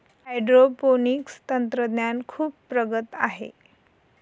hydroponics तंत्रज्ञान खूप प्रगत आहे